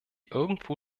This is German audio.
irgendwo